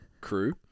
crew